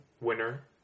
winner